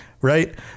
right